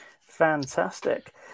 Fantastic